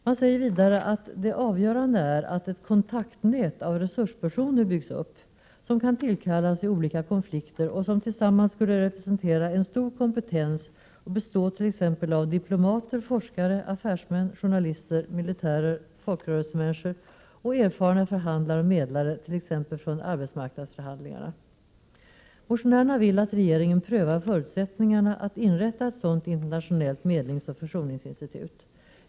Man säger vidare att det avgörande är att ett kontaktnät av resurspersoner byggs upp, som kan tillkallas vid olika konflikter och som tillsammans skulle representera en stor kompetens och bestå t.ex. av diplomater, forskare, affärsmän, journalister, militärer, folkrörelsemänniskor och erfarna förhandlare och medlare, t.ex. från arbetsmarknadsförhandlingarna. Motionärerna vill att regeringen prövar förutsättningarna att inrätta ett sådant internationellt medlingsoch försoningsinstitut.